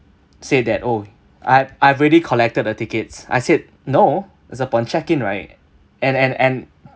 say that oh I I've already collected the tickets I said no it's upon check in right and and and